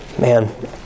Man